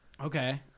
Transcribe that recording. Okay